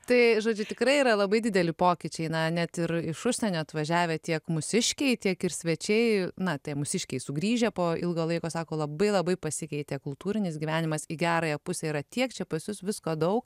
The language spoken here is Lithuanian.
tai žodžiu tikrai yra labai dideli pokyčiai na net ir iš užsienio atvažiavę tiek mūsiškiai tiek ir svečiai na tie mūsiškiai sugrįžę po ilgo laiko sako labai labai pasikeitė kultūrinis gyvenimas į gerąją pusę yra tiek čia pas jus visko daug